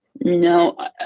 No